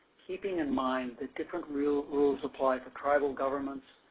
keeping in mind that different rules apply for tribal governments,